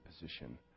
position